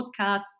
podcast